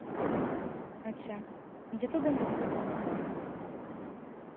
ᱟᱪᱪᱷᱟ ᱡᱚᱛᱚ ᱫᱤᱱᱜᱮ ᱠᱷᱩᱞᱟᱹᱣ ᱛᱟᱦᱮᱱᱟ